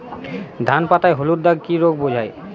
ধান পাতায় হলুদ দাগ কি রোগ বোঝায়?